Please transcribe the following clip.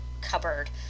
cupboard